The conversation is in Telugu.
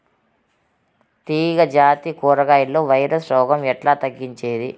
తీగ జాతి కూరగాయల్లో వైరస్ రోగం ఎట్లా తగ్గించేది?